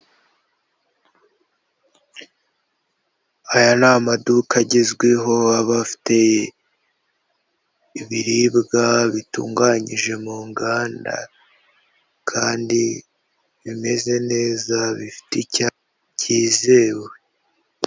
Aya ni amaduka agezweho aba afite ibiribwa bitunganyije mu nganda kandi bimeze neza bifite icyanga cyizewe.